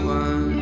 one